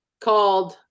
called